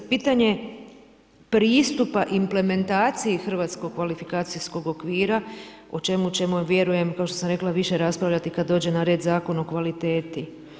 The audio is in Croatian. Pitanje pristupa implementaciji Hrvatskog kvalifikacijskog okvira o čemu ćemo vjerujem kao što sam rekla više raspravljati kad dođe na red Zakon o kvaliteti.